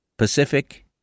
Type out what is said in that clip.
Pacific